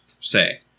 say